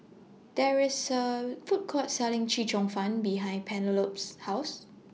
There IS A Food Court Selling Chee Cheong Fun behind Penelope's House